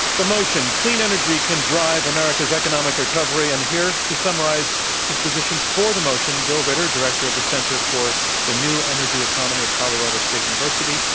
the motion clean energy can drive america's economic recovery. and here to summarize his position for the motion, bill ritter, director of the center for the new energy economy at colorado state university,